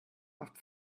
oft